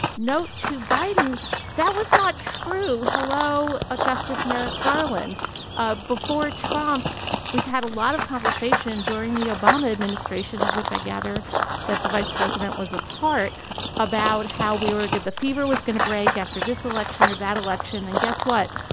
note to biden that was not true. hello. ah justice merrick garland ah before trump we'd had a lot of conversation during the obama administration of which i gather that the vice president was a part about how we were good the fever was going to break after this election or that election and guess what.